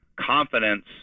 confidence